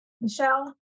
Michelle